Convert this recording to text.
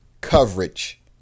coverage